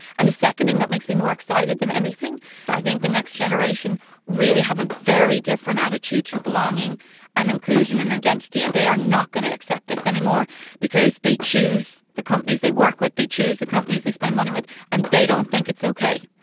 and the second thing that makes me more excited than anything i think the next generation really have a very different attitude to belonging and inclusion and identity and they are not going to accept this anymore because they choose the companies they work with, they choose the companies they spend money with and they don't think it's okay.